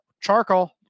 charcoal